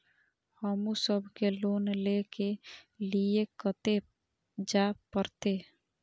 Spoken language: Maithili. हमू सब के लोन ले के लीऐ कते जा परतें?